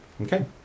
Okay